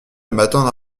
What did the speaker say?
m’attendre